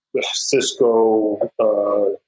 Cisco